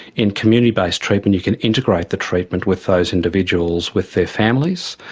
in community-based treatment you can integrate the treatment with those individuals, with their families,